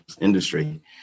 industry